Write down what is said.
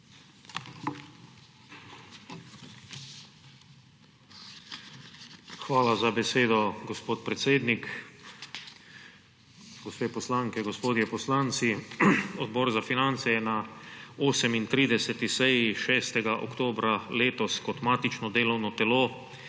Hvala za besedo, gospod predsednik. Gospe poslanke, gospodje poslanci! Odbor za finance je na 38. seji 6. oktobra letos kot matično delovno telo